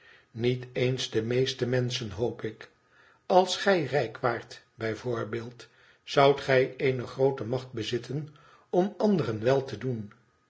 niet eens de meeste menschen hoop ik als gij rijk waart bij voorbeeld zoudtgij eene groote macht bezitten om anderen wel te doen